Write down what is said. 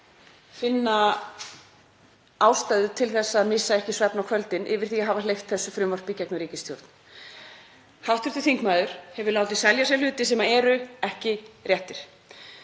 finna ástæðu til þess að missa ekki svefn á kvöldin yfir því að hafa hleypt þessu frumvarpi í gegnum ríkisstjórn. Hv. þingmaður hefur látið selja sér hluti sem eru ekki réttir.